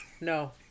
no